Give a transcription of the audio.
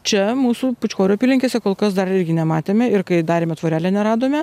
čia mūsų pūčkorių apylinkėse kol kas dar nematėme ir kai darėme tvorelę neradome